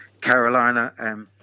Carolina